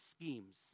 schemes